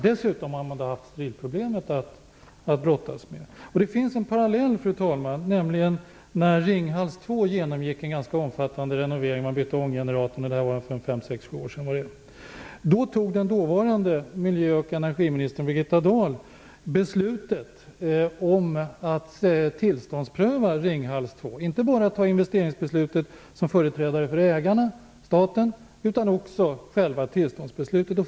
Dessutom har man haft strilproblemet att brottas med. Det finns en parallell, fru talman, nämligen Ringhals 2 som för fem sex sju år sedan genomgick en ganska omfattande renovering med byte av ånggenerator. Då fattade den dåvarande miljö och energiministern Birgitta Dahl beslut om att tillståndspröva Ringhals 2. Det var inte bara investeringsbeslutet som företrädare för ägaren - staten - utan också själva tillståndsbeslutet.